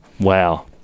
Wow